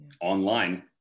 online